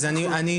האם עברת עליו?